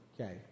Okay